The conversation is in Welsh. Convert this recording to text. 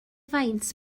faint